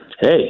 Hey